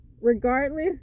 regardless